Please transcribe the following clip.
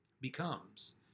becomes